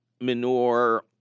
manure